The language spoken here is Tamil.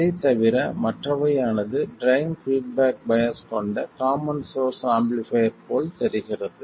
இதை தவிர மற்றவை ஆனது ட்ரைன் பீட்பேக் பையாஸ் கொண்ட காமன் சோர்ஸ் ஆம்பிளிஃபைர் போல் தெரிகிறது